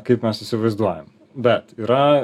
kaip mes įsivaizduojam bet yra